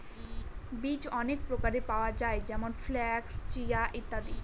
বীজ অনেক প্রকারের পাওয়া যায় যেমন ফ্লাক্স, চিয়া, ইত্যাদি